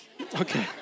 Okay